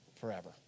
forever